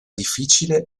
difficile